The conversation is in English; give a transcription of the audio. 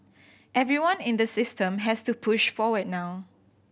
everyone in the system has to push forward now